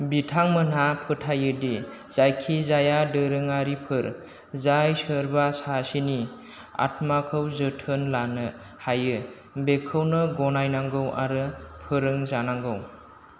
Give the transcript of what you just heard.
बिथांमोनहा फोथायोदि जायखि जाया दोरोङारिफोर जाय सोरबा सासेनि आत्माखौ जोथोन लानो हायो बेखौनो गनायनांगौ आरो फोरों जानांगौ